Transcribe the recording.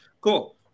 Cool